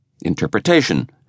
Interpretation